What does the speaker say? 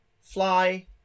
fly